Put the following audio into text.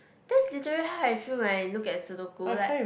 that's literally how I feel when I look at Sudoku like